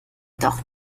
doch